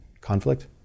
conflict